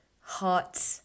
hot